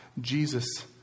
Jesus